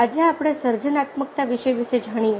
આજે આપણે સર્જનાત્મકતા વિષય વિશે જાણીએ